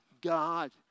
God